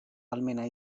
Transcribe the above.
ahalmena